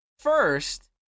First